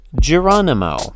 Geronimo